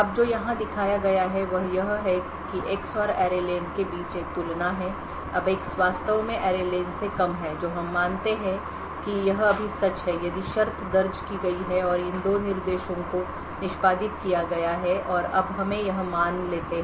अब जो यहां दिखाया गया है वह यह है कि X और array len के बीच एक तुलना है कि अब X वास्तव में array len से कम है जो हम मानते हैं कि यह अभी सच है यदि शर्त दर्ज की गई है और इन दो निर्देशों को निष्पादित किया गया है और अब हमें यह मान लेते हैं